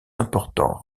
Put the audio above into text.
important